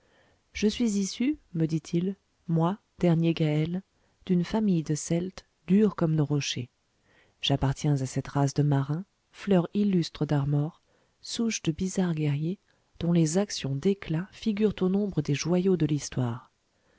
je suis issu me dit-il moi dernier gaël d'une famille de celtes durs comme nos rochers j'appartiens à cette race de marins fleur illustre d'armor souche de bizarres guerriers dont les actions d'éclat figurent au nombre des joyaux de l'histoire